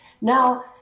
Now